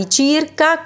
circa